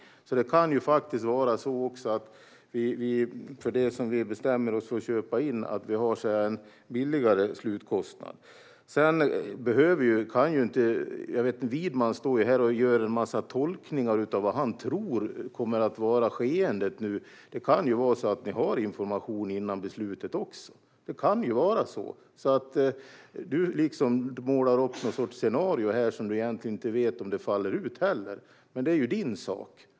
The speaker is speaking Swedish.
Det kan faktiskt bli en lägre slutkostnad för det som vi bestämmer oss för att köpa in. Du står här och gör en massa tolkningar av vad du tror kommer att bli skeendet, Allan Widman. Det kan ju bli så att ni får information före beslutet. Du målar upp någon sorts scenario som du egentligen inte vet om det kommer att falla ut, men det är din sak.